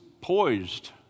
poised